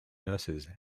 nurses